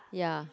ya